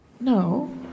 No